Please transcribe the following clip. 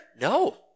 no